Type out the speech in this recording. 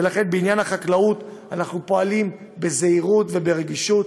ולכן בעניין החקלאות אנחנו פועלים בזהירות וברגישות.